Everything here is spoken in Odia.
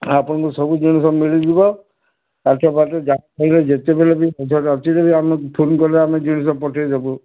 ଆପଣଙ୍କୁ ସବୁ ଜିନିଷ ମିଳିଯିବ କାଠଫାଟ ଯାହା ଯେତେବେଳେ ବି ଅଛି ଯେ ଆମେ ଫୋନ୍ କଲେ ଆମେ ଜିନିଷ ପଠେଇଦେବୁ